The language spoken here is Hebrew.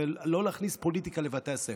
ולא להכניס פוליטיקה לבתי הספר.